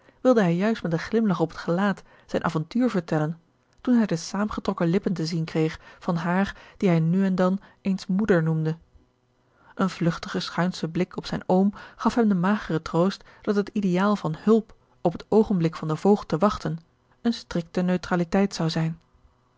wilde hij juist met een glimlach op het gelaat zijn avontuur vertellen toen hij de zaâmgetrokken lippen te zien kreeg van haar die hij nu en dan eens moeder noemde een vlugtige schuinsche blik op zijn oom gaf hem den mageren troost dat het ideaal van hulp op het oogenblik van den voogd te wachten eene strikte neutraliteit zou zijn